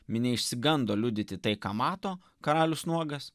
minia išsigando liudyti tai ką mato karalius nuogas